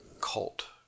cult